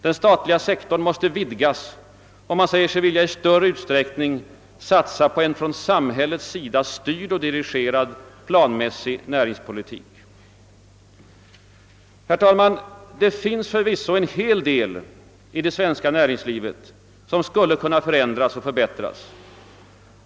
Den statliga sektorn måste vidgas, och man säger sig i större utsträckning vilja satsa på en från samhällets sida styrd och dirigerad planmässig näringspolitik. Herr talman! Det finns förvisso en hel del i det svenska näringslivet som skulle kunna förändras och förbättras.